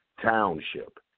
township